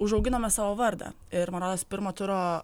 užauginome savo vardą ir man rodos pirmo turo